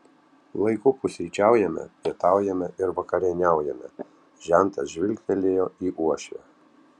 laiku pusryčiaujame pietaujame ir vakarieniaujame žentas žvilgtelėjo į uošvę